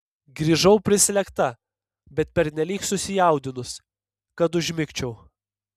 grįžau prislėgta bet pernelyg susijaudinus kad užmigčiau